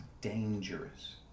dangerous